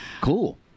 Cool